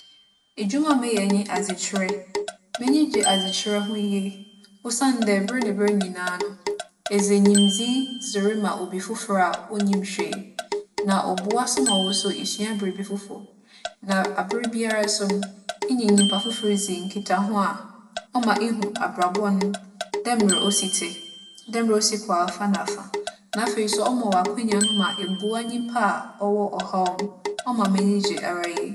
Edwuma a meyɛ nye adzekyerɛ. M'enyi gye adzekyerɛ ho yie osiandɛ ber nye ber nyina no, edze nyimdzee dze rema obi fofor a onnyim hwee. Na ͻboa so ma wo so, isua biribi fofor. Na aberbiara so no, enye nyimpa fofor dzi nkitaho a ͻma ihu abrabͻ no, dɛ mbrɛ osi tse. Dɛ mbrɛ osi kͻ afa na afa. Na afei so ͻma wo akwannya no ma eboa nyimpa a ͻwͻ ͻhaw mu. ͻma m'enyi gye ara yie.